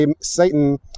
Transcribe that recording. Satan